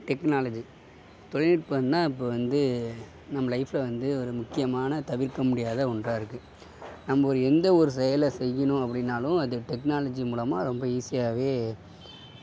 technology தொழில்நுட்பந்தான் இப்போ வந்து நம்ம லைஃப்ல வந்து ஒரு முக்கியமான தவிர்க்கமுடியாத ஒன்றாக இருக்குது நம்ம எந்த ஒரு செயலை செய்யணும் அப்படினாலும் அது டெக்னாலஜி மூலமாக ரொம்ப ஈஸியாகவே